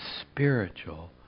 spiritual